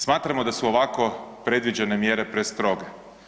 Smatramo da su ovako predviđene mjere prestroge.